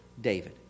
David